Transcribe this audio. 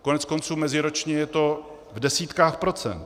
Koneckonců meziročně je to v desítkách procent.